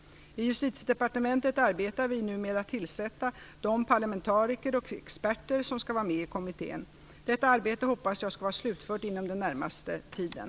I Justitiedepartementet arbetar vi nu med att tillsätta de parlamentariker och experter som skall vara med i kommittén. Detta arbete hoppas jag skall vara slutfört inom den närmaste tiden.